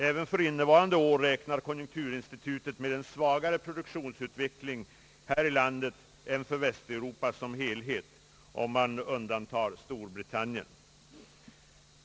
Även för innevarande år räknar konjunkturinstitutet med en svagare produktionsutveckling än för Västeuropa som helhet, om Storbritannien undantages.